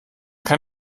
kann